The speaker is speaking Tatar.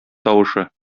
тавышы